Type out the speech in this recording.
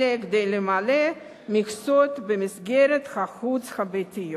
אלא כדי למלא מכסות במסגרות החוץ-ביתיות.